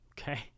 Okay